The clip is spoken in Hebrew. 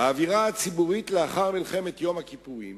האווירה הציבורית לאחר מלחמת יום הכיפורים